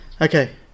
Okay